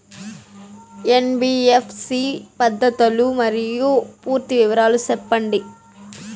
NBFC పద్ధతులు మరియు పూర్తి వివరాలు సెప్పండి?